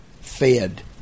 fed